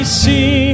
see